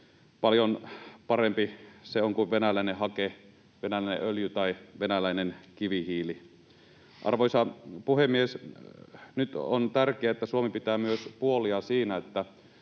Paljon parempi se on kuin venäläinen hake, venäläinen öljy tai venäläinen kivihiili. Arvoisa puhemies! Nyt on tärkeää, että Suomi pitää myös puoliaan siinä, että